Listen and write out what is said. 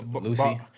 Lucy